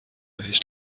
بهش